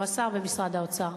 או השר במשרד האוצר,